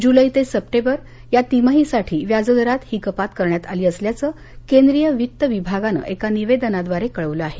जुलै ते सप्टेंबर या तिमाहीसाठी व्याजदरात ही कपात करण्यात आली असल्याचं केंद्रीय वित्त विभागानं एका निवेदनाद्वारे कळवलं आहे